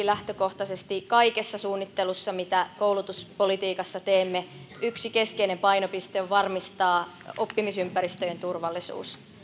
lähtökohtaisesti kaikessa suunnittelussa mitä koulutuspolitiikassa teemme yksi keskeinen painopiste on varmistaa oppimisympäristöjen turvallisuus